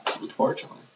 Unfortunately